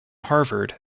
harvard